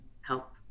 help